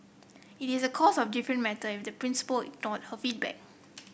it is a course of different matter if the principal ignored her feedback